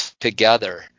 together